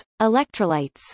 electrolytes